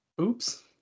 Oops